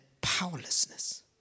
powerlessness